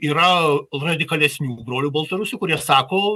yra radikalesnių brolių baltarusių kurie sako